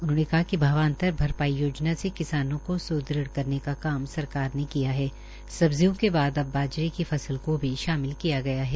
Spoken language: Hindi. उन्होंने कहा कि भावांतर भरपाई योजना से किसानों को स्दृढ करने का काम सरकार ने किया है सब्जियों के बाद अब बाजरे की फसल को भी शामिल किया गया है